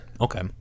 Okay